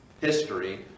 history